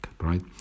right